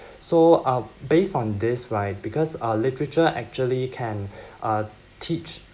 so uh based on this right because uh literature actually can uh teach